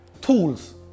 Tools